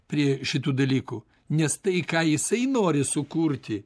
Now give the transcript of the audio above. prie šitų dalykų nes tai ką jisai nori sukurti